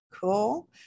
cool